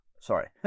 Sorry